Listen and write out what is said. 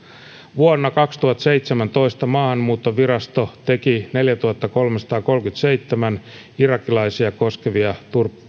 vuonna kaksituhattaseitsemäntoista maahanmuuttovirasto teki neljätuhattakolmesataakolmekymmentäseitsemän irakilaisia koskevaa